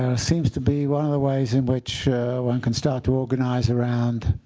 ah seems to be one of the ways in which one can start to organize around